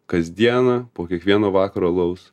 kasdieną po kiekvieno vakaro alaus